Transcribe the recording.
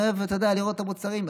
אני אוהב לראות את המוצרים.